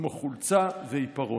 כמו חולצה ועיפרון.